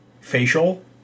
facial